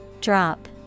Drop